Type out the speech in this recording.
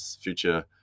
future